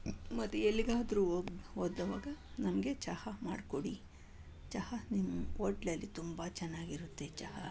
ಮತ್ತೆ ಎಲ್ಲಿಗಾದರೂ ಹೋದ ಹೋದಾಗ ನಮಗೆ ಚಹಾ ಮಾಡಿಕೊಡಿ ಚಹಾ ನಿಮ್ಮ ಓಟ್ಲಲ್ಲಿ ತುಂಬ ಚೆನ್ನಾಗಿರುತ್ತೆ ಚಹಾ